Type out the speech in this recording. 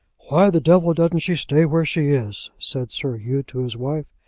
why the devil doesn't she stay where she is? said sir hugh, to his wife.